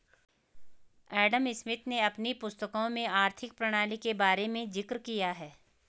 Adam Smith ने अपनी पुस्तकों में आर्थिक प्रणाली के बारे में जिक्र किया है